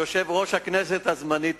יושב-ראש הכנסת הזמני תומך,